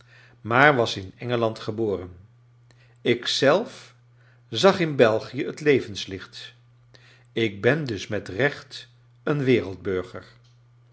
maar was in engeland geboren ik zelf zag in belgie het levenslicht ik ben dus met recht een wereldburger